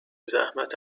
زحمت